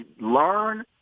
learn